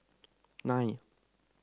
nine